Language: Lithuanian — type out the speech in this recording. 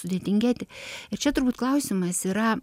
sudėtingėti ir čia turbūt klausimas yra